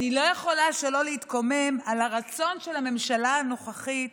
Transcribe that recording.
אני לא יכולה שלא להתקומם על הרצון של הממשלה הנוכחית